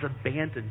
abandoned